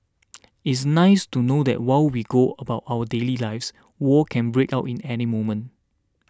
it's nice to know that while we go about our daily lives war can break out in any moment